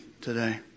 today